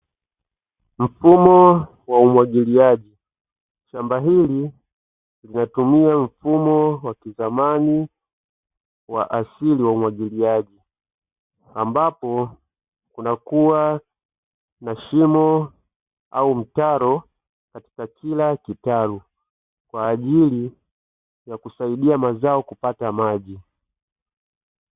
Mfumo wa umwagiliaji shamba hili linatumia mfumo wa kizamani wa asili wa umwagiliaji, ambapo kunakuwa na shimo au mtaro katika kila kitalu kwa ajili ya kusaidia mazao kupata maji.